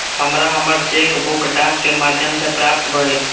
हमरा हमर cheque book डाक के माध्यम से प्राप्त भईल